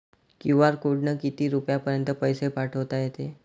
QR कोडनं किती रुपयापर्यंत पैसे पाठोता येते?